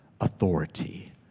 authority